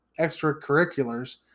extracurriculars